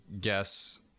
guess